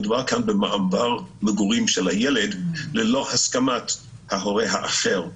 מדובר כאן במעבר מגורים של הילד ללא הסכמת ההורה האחר.